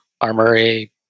armory